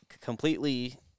completely